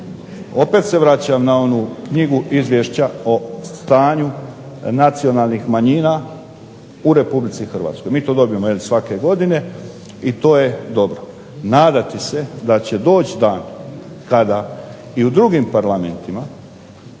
Opet se vraćam na onu knjigu izvješća o stanju nacionalnih manjina u RH. Mi to dobijemo svake godine i to je dobro. Nadati se da će doći dan kada i u drugim parlamentima,